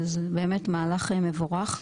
זה באמת מהלך מבורך.